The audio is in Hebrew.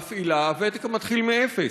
מפעילה, הוותק מתחיל מאפס,